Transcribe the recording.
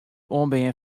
oanbean